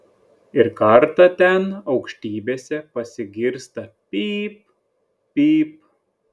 ir kartą ten aukštybėse pasigirsta pyp pyp